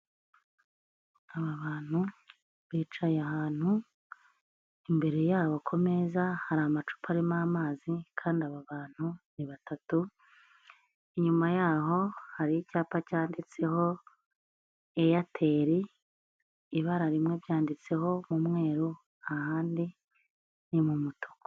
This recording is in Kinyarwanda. Aba bantu, bicaye ahantu, imbere yabo ku meza hari amacupa arimo amazi, kandi aba bantu ni batatu, inyuma yabo hari icyapa cyanditseho Eyateli, ibara rimwe byanditseho umweru, ahandi ni mu umutuku.